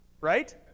right